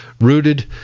rooted